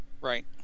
Right